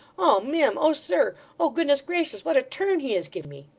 oh mim! oh sir! oh goodness gracious, what a turn he has give me